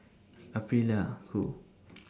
Aprilia Qoo